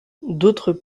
d’autres